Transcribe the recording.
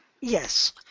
Yes